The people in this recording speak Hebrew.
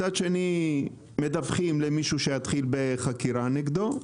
מצד שני מדווחים למישהו שיתחיל בחקירה נגדו.